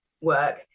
work